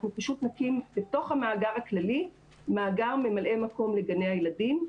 אנחנו פשוט נקים בתוך המאגר הכללי מאגר ממלאי מקום לגני הילדים,